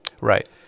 right